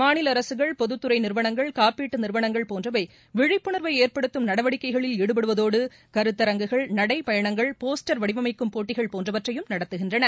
மாநில அரசககள் பொதுத்துறை நிறுவனங்கள் காப்பீட்டு நிறுவனங்கள் போன்றவை விழிப்புணர்வை ஏற்படுத்தும் நடவடிக்கைளில் ஈடுபடுவதோடு கருத்தரங்குகள் நடைபயணங்கள் போஸ்டர் வடிவமைக்கும் போட்டிகள் போன்றவற்றையும் நடத்துகின்றன